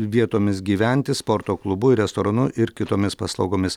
vietomis gyventi sporto klubu restoranu ir kitomis paslaugomis